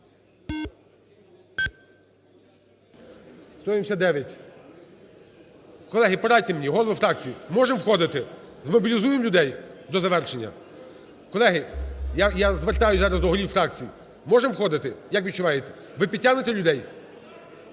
ви підтягнете людей?